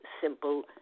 simple